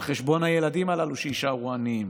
על חשבון הילדים הללו שיישארו עניים.